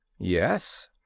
Yes